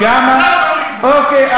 אוקיי,